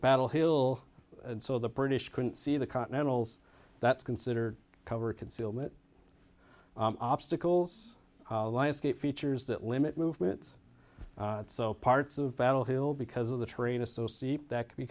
battle hill and so the british couldn't see the continentals that's considered cover concealment obstacles lionsgate features that limit movements so parts of battle hill because of the terrain associate that could be